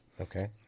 Okay